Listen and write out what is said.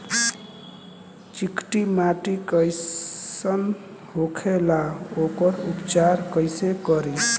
चिकटि माटी कई सन होखे ला वोकर उपचार कई से करी?